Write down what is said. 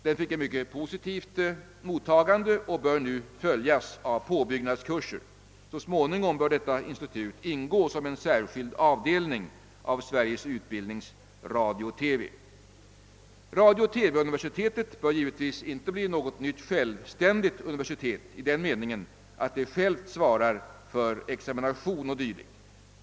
Den fick ett mycket positivt mottagande och bör nu följas av påbyggnadskurser. 1 Så småningom bör detta institut ingå som en särskild avdelning av Sveriges Utbildningsradio/TV. Radio-TV-universitetet bör givetvis inte bli något nytt självständigt universitet i den meningen att det självt svarar för examination och dylikt.